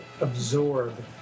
absorb